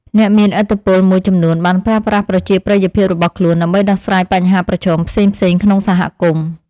អ្នកមានឥទ្ធិពលមួយចំនួនបានប្រើប្រាស់ប្រជាប្រិយភាពរបស់ខ្លួនដើម្បីដោះស្រាយបញ្ហាប្រឈមផ្សេងៗក្នុងសហគមន៍។